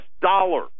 dollar